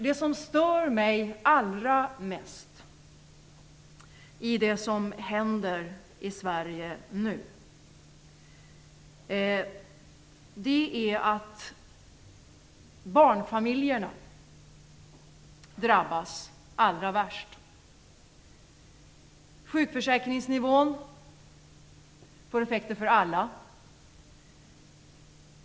Det som stör mig allra mest av det som händer i Sverige just nu är att barnfamiljerna drabbas allra värst. Sjukförsäkringsnivån får effekter för alla.